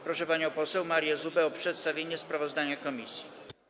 Proszę panią poseł Marię Zubę o przedstawienie sprawozdania komisji.